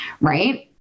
Right